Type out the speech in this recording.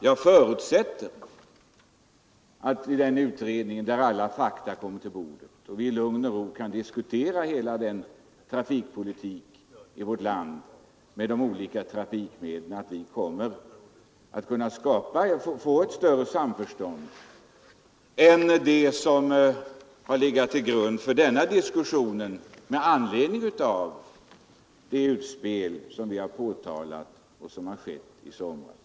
Jag förutsätter emellertid att vi, när denna utredning lägger fram Jieike sina fakta, i lugn och ro kan diskutera hela trafikpolitiken och att vi politiken, m.m. därvid kommer att uppnå större samförstånd än det som — på grund av kommunikationsministerns utspel i somras — varit möjligt att uppnå i denna diskussion.